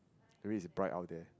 that mean is bright out there